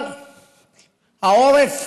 אבל העורף